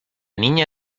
niña